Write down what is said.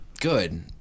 good